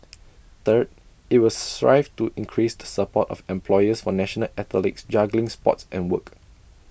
third IT will strive to increase the support of employers for national athletes juggling sports and work